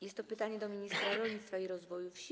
Jest to pytanie do ministra rolnictwa i rozwoju wsi.